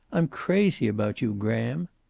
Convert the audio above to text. i'm crazy about you, graham.